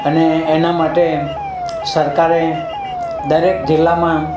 અને એના માટે સરકારે દરેક જિલ્લામાં